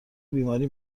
بیماری